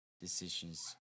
decisions